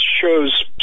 shows